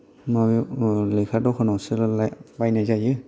माबायाव लेखा दखानावसो बायनाय जायो